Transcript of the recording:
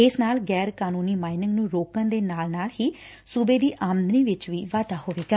ਇਸ ਨਾਲ ਗੈਰ ਕਾਨੂੰਨੀ ਮਾਈਨਿੰਗ ਨੂੰ ਰੋਕਣ ਦੇ ਨਾਲ ਹੀ ਸੂਬੇ ਦੀ ਆਮਦਨੀ ਵਿਚ ਵੀ ਵਾਧਾ ਹੋਵੇਗਾ